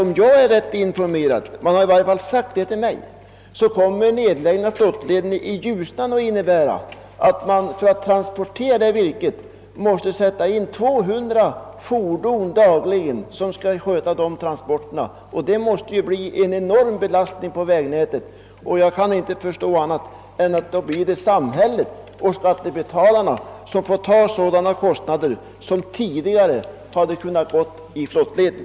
Om jag blivit riktigt informerad — det har i varje fall sagts så till mig — kommer nedläggningen av flottleden i Ljusnan att innebära att man för att transport:era virket måste sätta in 200 landsvägs fordon dagligen, som skall ombesörja dessa transporter. Detta måste medföra en enorm belastning på vägnätet, och jag kan inte förstå annat än att det då blir samhället och skattebetalarna som måste stå för kostnaderna för dessa transporter, som tidigare har kunnat gå i flottleden.